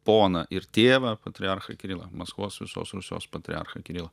poną ir tėvą patriarchą kirilą maskvos visos rusijos patriarchą kirilą